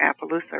Appaloosa